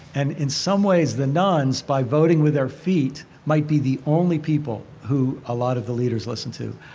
and in some ways, the nones by voting with their feet, might be the only people who a lot of the leaders listen to.